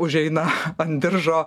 užeina ant diržo